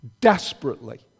desperately